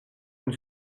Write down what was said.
une